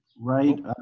right